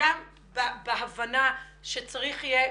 בהבנה שצריך יהיה